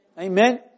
Amen